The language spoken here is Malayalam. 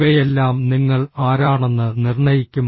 ഇവയെല്ലാം നിങ്ങൾ ആരാണെന്ന് നിർണ്ണയിക്കും